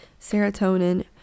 Serotonin